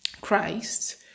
Christ